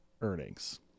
earnings